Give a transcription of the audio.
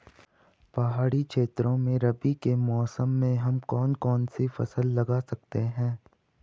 पहाड़ी क्षेत्रों में रबी के मौसम में हम कौन कौन सी फसल लगा सकते हैं?